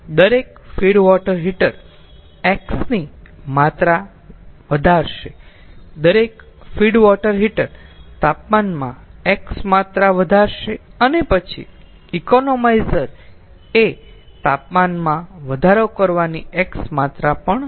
દરેક feed water heater X ની માત્રા વધારશે દરેક ફીડ વોટર હીટર તાપમાનમાં X માત્રા વધારશે અને પછી ઇકોનોમાઈઝર એ તાપમાનમાં વધારો કરવાની X માત્રા પણ આપશે